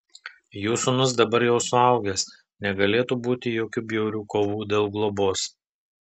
jų sūnus dabar jau suaugęs negalėtų būti jokių bjaurių kovų dėl globos